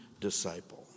disciple